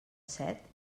set